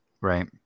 Right